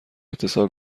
اتصال